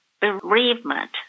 bereavement